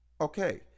Okay